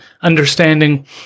understanding